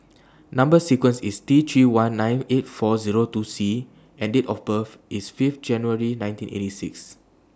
Number sequence IS T three one nine eight four Zero two C and Date of birth IS Fifth January nineteen eighty six